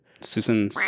Susan